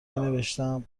مینوشتم